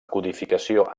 codificació